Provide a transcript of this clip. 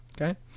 Okay